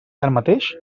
tanmateix